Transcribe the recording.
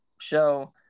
show